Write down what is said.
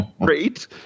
great